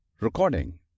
Recording